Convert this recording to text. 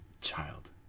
child